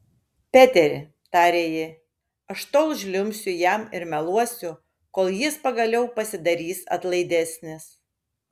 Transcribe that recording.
peteri tarė ji aš tol žliumbsiu jam ir meluosiu kol jis pagaliau pasidarys atlaidesnis